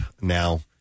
now